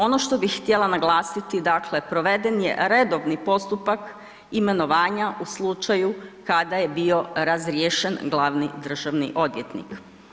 Ono što bih htjela naglasiti dakle proveden je redovni postupak imenovanja u slučaju kada je bio razriješen glavni državni odvjetnik.